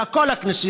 אלא כל הכנסיות,